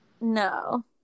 No